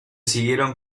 siguieron